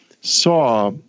saw